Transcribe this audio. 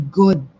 good